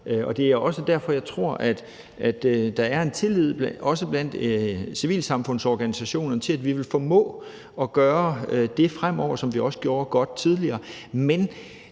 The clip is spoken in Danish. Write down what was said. sig. Det er også derfor, jeg tror, at der er en tillid også blandt civilsamfundsorganisationerne til, at vi vil formå at gøre det fremover, som vi også gjorde godt tidligere.